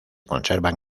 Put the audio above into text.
conservan